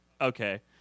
okay